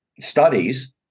studies